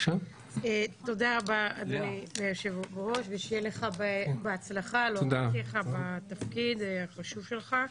תודה רבה אדוני היושב-ראש ושיהיה לך בהצלחה בתפקיד החשוב שלך.